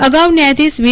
અગાઉ ન્યાયાધીશ વી